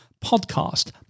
podcast